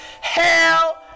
Hell